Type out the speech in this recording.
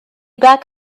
back